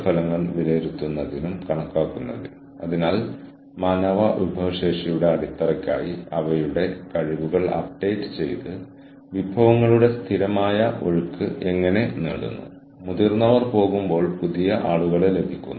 എന്തെങ്കിലും ചെയ്യുന്നതിൽ ഏർപ്പെട്ടിരിക്കുന്ന മറ്റെന്തെങ്കിലും കാര്യത്തിലേക്ക് നയിക്കാൻ പോകുന്ന അല്ലെങ്കിൽ അന്തിമഫലത്തിനായി പ്രവർത്തിക്കാൻ പോകുന്ന ജീവനക്കാർക്കിടയിൽ നിങ്ങൾ എങ്ങനെ ന്യായബോധം സൃഷ്ടിക്കും